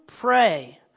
pray